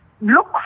look